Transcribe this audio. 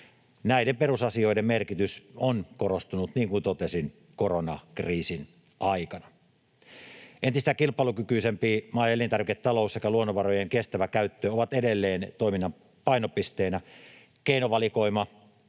Näiden perusasioiden merkitys on korostunut, niin kuin totesin, koronakriisin aikana. Entistä kilpailukykyisempi maa- ja elintarviketalous sekä luonnonvarojen kestävä käyttö ovat edelleen toiminnan painopisteinä. Keinovalikoima: